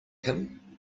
him